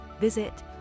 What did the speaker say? visit